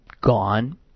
gone